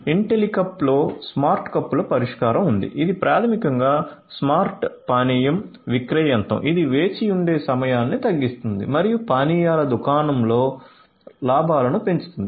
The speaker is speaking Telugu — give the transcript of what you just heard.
ఇంటెలికప్ లో స్మార్ట్ కప్పుల పరిష్కారం ఉంది ఇది ప్రాథమికంగా స్మార్ట్ పానీయం విక్రయ యంత్రం ఇది వేచి ఉండే సమయాన్ని తగ్గిస్తుంది మరియు పానీయాల దుకాణాలలో లాభాలను పెంచుతుంది